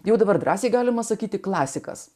jau dabar drąsiai galima sakyti klasikas